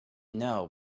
know